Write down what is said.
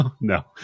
no